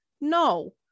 No